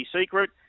secret